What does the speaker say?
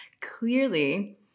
Clearly